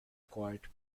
quart